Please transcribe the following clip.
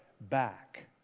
back